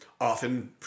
often